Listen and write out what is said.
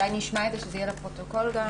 אולי נשמע את זה כדי שזה יהיה לפרוטוקול גם?